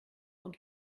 und